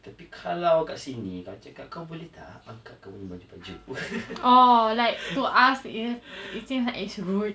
tapi kalau kat sana kau cakap kau boleh tak angkat kau punya baju-baju